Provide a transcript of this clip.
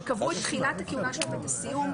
בשונה מסגנים שקבעו את תחילת הכהונה שלהם ובסיום,